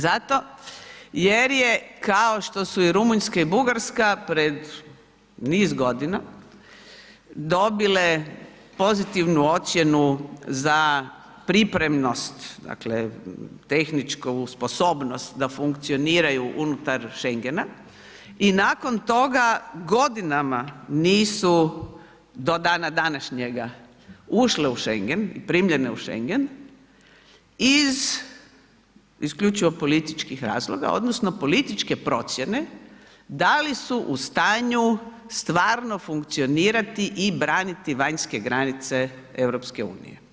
Zato jer je kao što su i Rumunjska i Bugarska pred niz godina dobile pozitivnu ocjenu za pripremnost, dakle tehničku sposobnost da funkcioniraju unutar Schengena i nakon toga godinama nisu do danas današnjega ušle u Schengen i primljene u Schengen iz isključivo političkih razloga, odnosno političke procjene da li su u stanju stvarno funkcionirati i braniti vanjske granice EU.